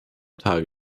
tage